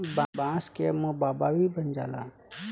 बांस के मुरब्बा भी बन जाला